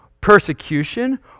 persecution